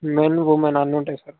men women అన్నుంటాయి sir